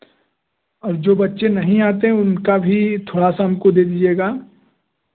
और जो बच्चे नहीं आते हैं उनका भी थोड़ा सा हमको दे दीजिएगा